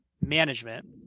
management